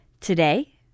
Today